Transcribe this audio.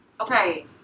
Okay